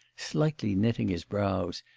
slightly knitting his brows,